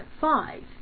five